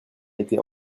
été